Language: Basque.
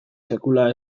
sekula